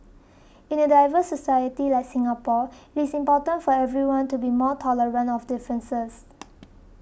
in a diverse society like Singapore it is important for everyone to be more tolerant of differences